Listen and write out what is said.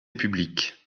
publique